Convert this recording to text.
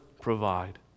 provide